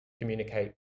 communicate